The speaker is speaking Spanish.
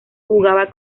jugaba